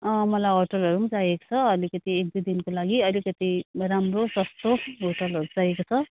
अँ मलाई होटलहरू पनि चाहिएको छ अलिकति ए एक दुई दिनको लागि अलिकति राम्रो सस्तो होटलहरू चाहिएको छ